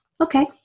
Okay